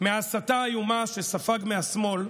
מההסתה האיומה שהוא ספג מהשמאל,